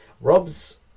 Rob's